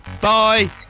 Bye